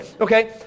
okay